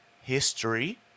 History